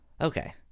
okay